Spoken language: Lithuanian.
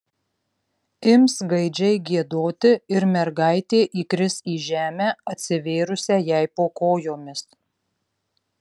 ims gaidžiai giedoti ir mergaitė įkris į žemę atsivėrusią jai po kojomis